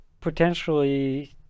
potentially